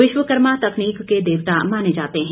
विश्वकर्मा तकनीक के देवता माने जाते हैं